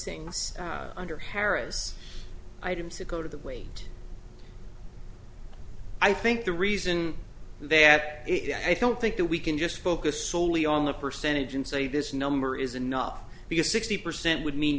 things under harris items to go to the weight i think the reason they had it i don't think that we can just focus solely on the percentage and say this number is enough because sixty percent would mean